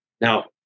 Now